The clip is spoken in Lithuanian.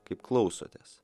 kaip klausotės